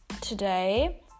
today